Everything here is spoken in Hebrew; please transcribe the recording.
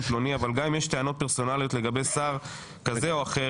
פלוני אבל גם אם יש טענות פרסונליות לגבי שר כזה או אחר,